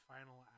Final